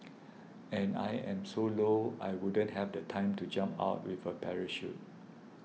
and I am so low I wouldn't have the time to jump out with a parachute